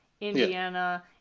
Indiana